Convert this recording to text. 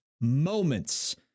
Moments